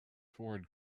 foreign